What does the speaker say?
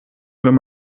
wenn